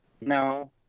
No